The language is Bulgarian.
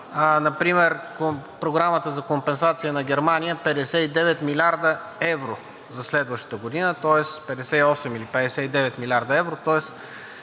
Например Програмата за компенсация на Германия – 59 милиарда евро за следващата година, тоест 58 или 59 милиарда евро,